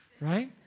Right